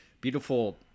beautiful